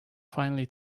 finally